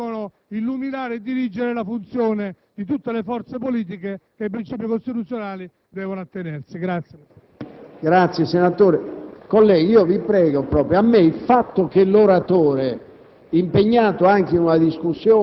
sono interventi e richiami che devono illuminare e dirigere la funzione di tutte le forze politiche che ai princìpi costituzionali devono attenersi.